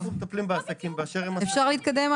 אפשר להתקדם?